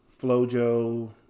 Flojo